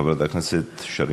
חברת הכנסת שרן